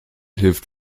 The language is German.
hilft